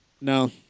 no